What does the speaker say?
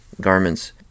garments